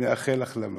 נאחל החלמה,